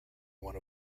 one